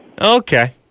Okay